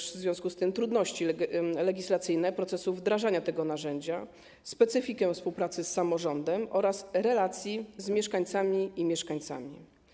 Znam w związku z tym trudności legislacyjne dotyczące procesu wdrażania tego narzędzia, specyfikę współpracy z samorządem oraz relacji z mieszkankami i mieszkańcami.